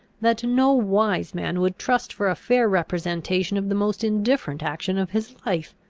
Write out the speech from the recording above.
that no wise man would trust for a fair representation of the most indifferent action of his life?